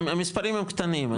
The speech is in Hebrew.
המספרים הם קטנים.